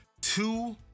two